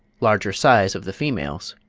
larger size of the females